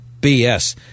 BS